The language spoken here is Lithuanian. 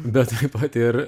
bet taip pat ir